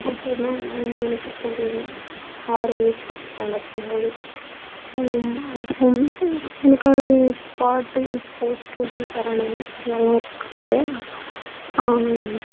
அப்பனா எனக்கு அப்போ ஒரு ஆறு வயசு ஃபர்ஸ்ட் ஸ்டாண்டர்ட் போகும்போது அதுவும் எனக்கு அது பாட்டு இப்போ ஸ்ருதி சரணம் இதெல்லாம் இருக்கு இல்லயா